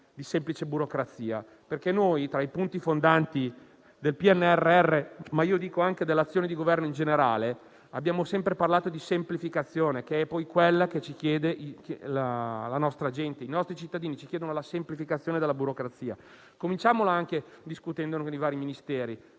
di semplice burocrazia, perché noi tra i punti fondanti del PNRR, ma anche dell'azione di Governo in generale, abbiamo sempre inserito la semplificazione, che è ciò che chiede la nostra gente: i nostri cittadini ci chiedono la semplificazione della burocrazia. Cominciamo anche discutendo con i vari Ministeri,